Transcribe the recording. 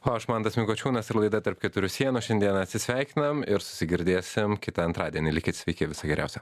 o aš mantas mykočiūnas ir laida tarp keturių sienų šiandieną atsisveikinam ir susigirdėsim kitą antradienį likit sveiki viso geriausio